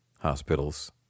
hospitals